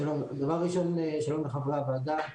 שלום לחברי הוועדה.